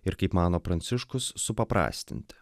ir kaip mano pranciškus supaprastinti